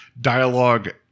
dialogue